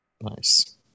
Nice